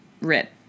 RIP